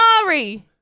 sorry